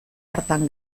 hartan